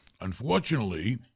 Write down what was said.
Unfortunately